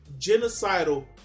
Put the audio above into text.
genocidal